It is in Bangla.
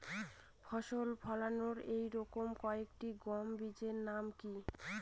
ফলন ভালো এই রকম কয়েকটি গম বীজের নাম কি?